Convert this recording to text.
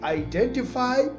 identify